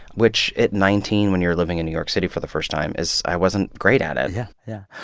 which, at nineteen, when you're living in new york city for the first time, is i wasn't great at it yeah, yeah.